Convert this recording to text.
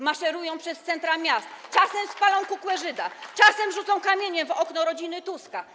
Maszerują przez centra miast, czasem spalą kukłę Żyda, czasem rzucą kamieniem w okno domu rodziny Tuska.